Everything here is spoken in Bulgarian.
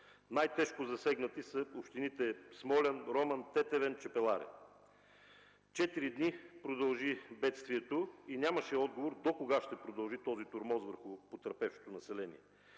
Най-тежко са засегнати общините Смолян, Роман, Тетевен и Чепеларе. Четири дена продължи бедствието и нямаше отговор докога ще продължи този тормоз върху потърпевшото население.